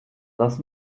lass